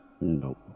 Nope